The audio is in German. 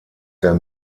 der